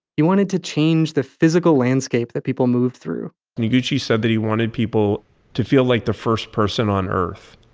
he wanted to change the physical landscape that people moved through noguchi said that he wanted people to feel like the first person on earth,